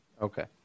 Okay